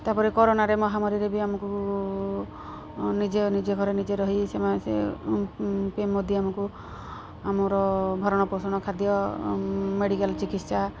ତା'ପରେ କରୋନାରେ ମହାମାରୀରେ ବି ଆମକୁ ନିଜ ନିଜ ଘରେ ନିଜେ ରହି ସେମାନେ ସେ ମଧ୍ୟ ଆମକୁ ଆମର ଭରଣ ପୋଷଣ ଖାଦ୍ୟ ମେଡ଼ିକାଲ ଚିକିତ୍ସା